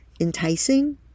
enticing